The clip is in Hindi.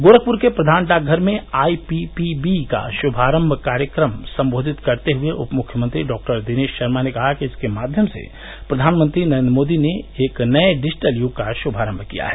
गोरखपुर के प्रधान डाक घर में आईपीपीवी का शुभारम्भ कार्यक्रम को सम्बोधित करते हुये उप मुख्यमंत्री डॉक्टर दिनेश शर्मा ने कहा कि इसके माध्यम से प्रधानमंत्री नरेन्द्र मोदी ने एक नये डिजिटल युग का श्मारम्भ किया है